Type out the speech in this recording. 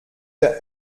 der